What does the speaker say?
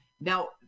Now